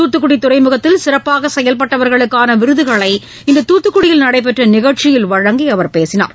தூத்துக்குடி துறைமுகத்தில் சிறப்பாக செயல்பட்டவர்களுக்கான விருதுகளை இன்று தூத்துக்குடியில் நடைபெற்ற நிகழ்ச்சியில் வழங்கி அவர் பேசினார்